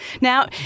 Now